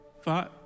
Five